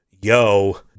yo